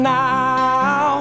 now